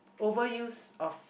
overuse of